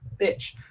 bitch